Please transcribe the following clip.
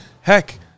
heck